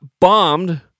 bombed